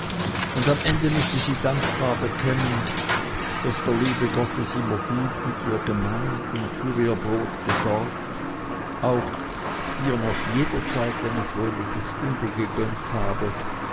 und am ende müsse sie dankbar bekennen daß der liebe gott es immer gut mit ihr gemeint und für ihr brot gesorgt auch ihr noch jederzeit eine fröhliche stunde gegönnt habe